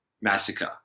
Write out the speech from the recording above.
massacre